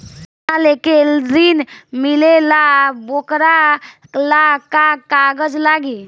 सोना लेके ऋण मिलेला वोकरा ला का कागज लागी?